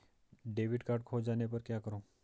Debit card खो जाने पर क्या करूँ?